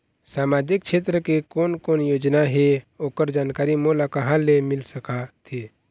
सामाजिक क्षेत्र के कोन कोन योजना हे ओकर जानकारी मोला कहा ले मिल सका थे?